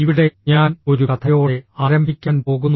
ഇവിടെ ഞാൻ ഒരു കഥയോടെ ആരംഭിക്കാൻ പോകുന്നു